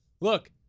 Look